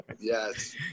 Yes